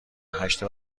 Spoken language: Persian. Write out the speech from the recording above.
هشت